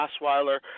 Osweiler